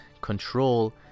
control